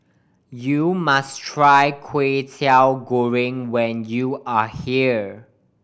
you must try Kway Teow Goreng when you are here